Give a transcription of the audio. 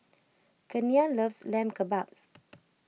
Kenia loves Lamb Kebabs